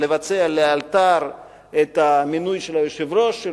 לבצע לאלתר את המינוי של היושב-ראש,